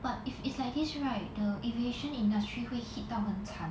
but if it's like this right the aviation industry 会 hit 到很惨